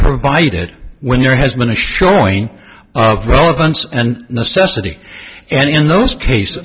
provided when your has been a showing of relevance and necessity and in those cases